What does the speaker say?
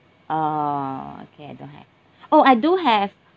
orh okay I don't have oh I do have